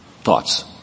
Thoughts